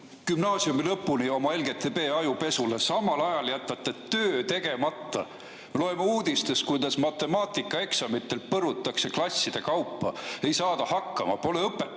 gümnaasiumi lõpuni oma LGBT‑ajupesule, samal ajal jätate töö tegemata. Me loeme uudistest, kuidas matemaatikaeksamitel põrutakse klasside kaupa, ei saada hakkama, pole õpetajaid.